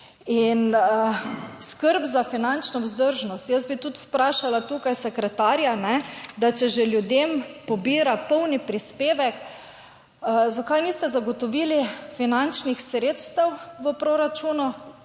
In skrb za finančno vzdržnost, jaz bi tudi vprašala tukaj sekretarja, da če že ljudem pobira polni prispevek, zakaj niste zagotovili finančnih sredstev v proračunu